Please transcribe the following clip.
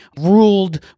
ruled